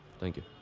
thank you.